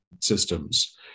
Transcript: systems